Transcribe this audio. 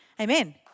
Amen